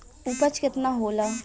उपज केतना होला?